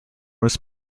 was